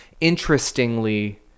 interestingly